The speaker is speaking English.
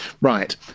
Right